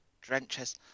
drenches